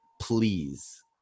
please